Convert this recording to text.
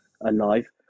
alive